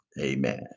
amen